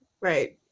Right